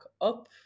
up